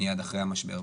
מיד אחרי המשבר,